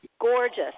Gorgeous